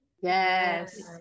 yes